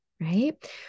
right